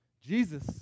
Jesus